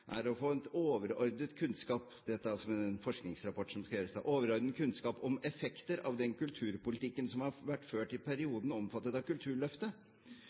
er å få en overordnet kunnskap» – dette er en forskningsrapport som skal gjøres – «om effekter av den kulturpolitikken som har vært ført i perioden omfattet av Kulturløftet.»